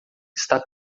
está